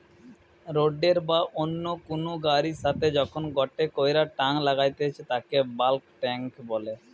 রোডের বা অন্য কুনু গাড়ির সাথে যখন গটে কইরা টাং লাগাইতেছে তাকে বাল্ক টেংক বলে